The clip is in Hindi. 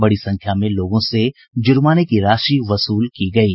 बड़ी संख्या में लोगों से जुर्माने की राशि वसूल की गयी